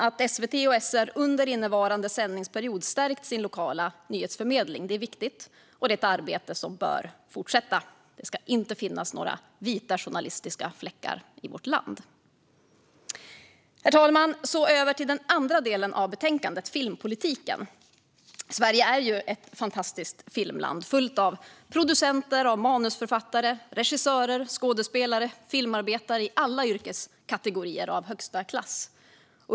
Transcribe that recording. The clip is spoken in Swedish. Att SVT och SR under innevarande sändningsperiod har stärkt sin lokala nyhetsförmedling är viktigt, och detta är ett arbete som bör fortsätta. Det ska inte finnas några vita journalistiska fläckar i vårt land. Jag går över till den andra delen av betänkandet, herr talman, nämligen filmpolitiken. Sverige är ju ett fantastiskt filmland som är fullt av producenter, manusförfattare, regissörer, skådespelare och filmarbetare i alla yrkeskategorier av högsta klass.